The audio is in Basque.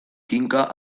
kinka